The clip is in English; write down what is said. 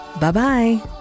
bye-bye